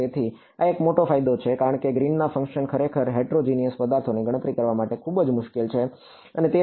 તેથી આ એક મોટો ફાયદો છે કારણ કે ગ્રીન ના ફંકશન ખરેખર હેટેરોજીનીયસ પદાર્થોની ગણતરી કરવા માટે ખૂબ જ મુશ્કેલ છે અને તેથી